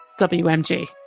WMG